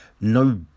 no